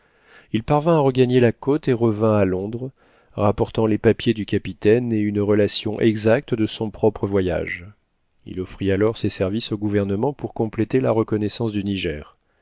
il parvint à regagner la côte et revint à londres rapportant les papiers du capitaine et une relation exacte de son propre voyage il offrit alors ses services au gouvernement pour compléter la reconnaissance du niger